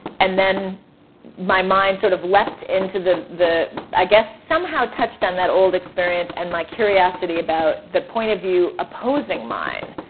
and then my mind sort of leapt into the. i guess somehow touched on that old experience and my curiosity about the point of view opposing mine.